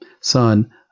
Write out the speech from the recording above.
son